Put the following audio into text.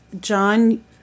John